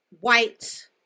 white